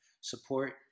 support